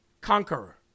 Conqueror